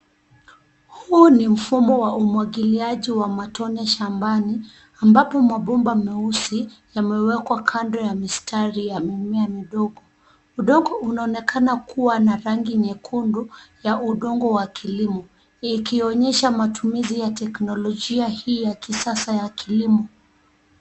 Huu ni mfumo wa umwagiliaji wa matone shambani, ambapo mabomba meusi yamewekwa kando ya mistari ya mimea midogo. Udongo unaonekana kuwa na rangi nyekundu ya udongo wa kilimo, ikionyesha matumizi ya teknolojia hii ya kisasa ya kilimo.